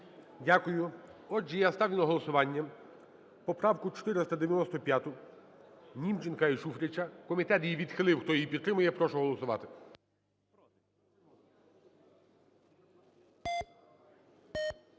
Дякую. Отже, я ставлю на голосування поправку 495Німченка і Шуфрича. Комітет її відхилив. Хто її підтримує, прошу голосувати.